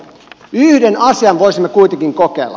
yhden asian voisimme kuitenkin kokeilla